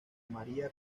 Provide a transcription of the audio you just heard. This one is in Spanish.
maría